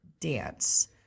dance